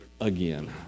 again